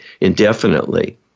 indefinitely